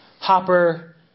hopper